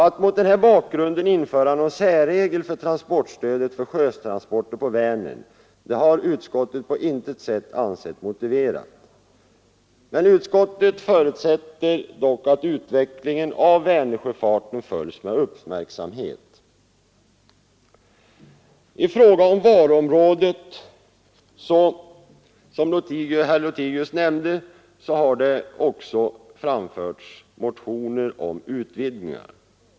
Att mot den här bakgrunden införa någon särregel om transportstöd för sjötransporter på Vänern har utskottet på intet sätt ansett motiverat. Utskottet förutsätter dock att utvecklingen av Vänersjöfarten följs med uppmärksamhet. I fråga om varuområdet har det, som herr Lothigius nämnde, framförts motionsyrkanden om utvidgningar.